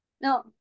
No